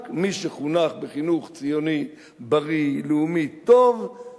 רק מי שחונך חינוך ציוני בריא לאומי טוב,